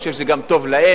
אני חושב שזה גם טוב להם,